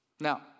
Now